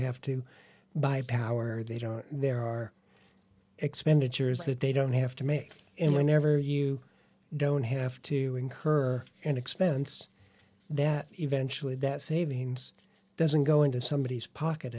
have to buy power they don't there are expenditures that they don't have to make whenever you don't have to incur an expense that eventually that savings doesn't go into somebody's pocket